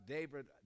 David